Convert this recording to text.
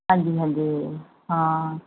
ਹਾਂਜੀ ਹਾਂਜੀ ਹਾਂ